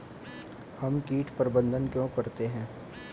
हम कीट प्रबंधन क्यों करते हैं?